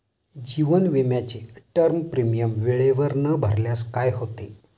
जीवन विमाचे term premium वेळेवर न भरल्यास काय होते?